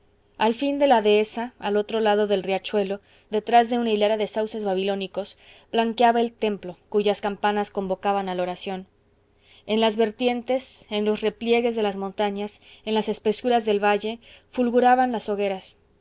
al fin de la dehesa al otro lado del riachuelo detrás de una hilera de sauces babilónicos blanqueaba el templo cuyas campanas convocaban a la oración en las vertientes en los repliegues de las montañas en las espesuras del valle fulguraban las hogueras